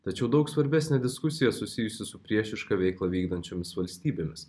tačiau daug svarbesnė diskusija susijusi su priešišką veiklą vykdančiomis valstybėmis